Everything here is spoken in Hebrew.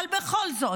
אבל בכל זאת.